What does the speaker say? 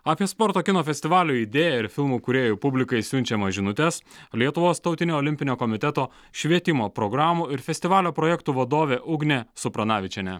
apie sporto kino festivalio idėją ir filmų kūrėjų publikai siunčiamas žinutes lietuvos tautinio olimpinio komiteto švietimo programų ir festivalio projektų vadovė ugnė supranavičienė